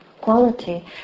quality